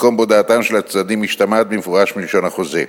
מקום שבו דעתם של הצדדים משתמעת במפורש מלשון החוזה.